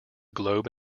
globe